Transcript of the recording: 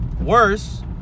worse